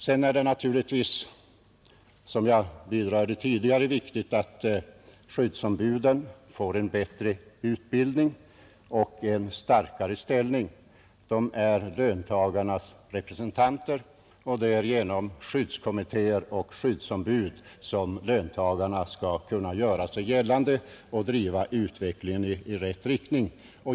Som jag sade tidigare är det naturligtvis viktigt att skyddsombuden får en bättre utbildning och en starkare ställning. De är löntagarnas representanter, och det är genom skyddskommittéer och skyddsombud som löntagarna skall kunna göra sig gällande och driva utvecklingen i rätt riktning.